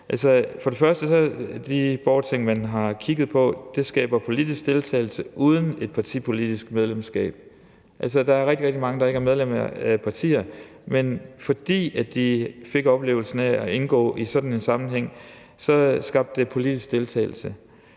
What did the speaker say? har kigget på, politisk deltagelse uden et partipolitisk medlemskab. Der er rigtig, rigtig mange, der ikke er medlem af partier, men fordi de fik oplevelsen af at indgå i sådan en sammenhæng, skabte det politisk deltagelse.